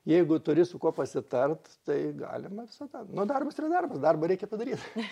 jeigu turi su kuo pasitart tai galima visada nu darbas yra darbas darbą reikia padaryt